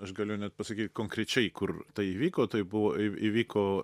aš galiu net pasakyt konkrečiai kur tai įvyko tai buvo į įvyko